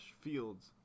fields